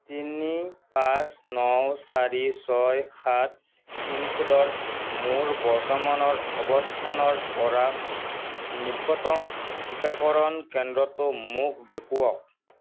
তিনি পাঁচ ন চাৰি ছয় সাত পিনক'ডৰ মোৰ বৰ্তমানৰ অৱস্থানৰ পৰা নিকটম টিকাকৰণ কেন্দ্ৰটো মোক দেখুৱাওক